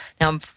Now